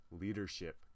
leadership